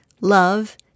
love